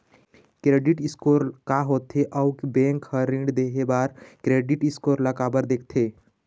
Credit score का होथे अउ बैंक हर ऋण देहे बार क्रेडिट स्कोर ला काबर देखते?